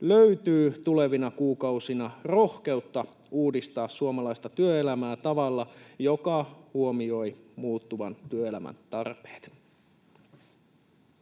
löytyy nyt tulevina kuukausina rohkeutta uudistaa suomalaista työelämää tavalla, joka huomioi muuttuvan työelämän tarpeet.